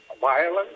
violence